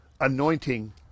anointing